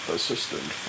assistant